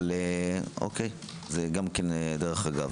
זה דרך אגב.